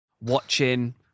watching